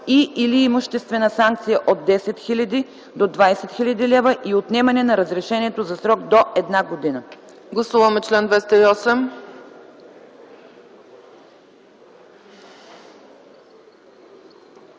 и/или имуществена санкция от 10 000 до 20 000 лв. и отнемане на разрешението за срок до една година.”